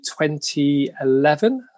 2011